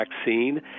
vaccine